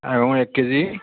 আঙুৰ এক কেজি